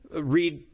read